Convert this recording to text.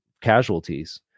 casualties